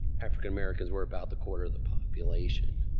african americans were about the quarter of the population.